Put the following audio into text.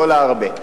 שהיא עולה הרבה.